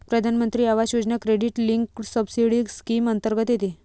प्रधानमंत्री आवास योजना क्रेडिट लिंक्ड सबसिडी स्कीम अंतर्गत येते